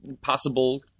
possible